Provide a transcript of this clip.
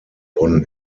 bonn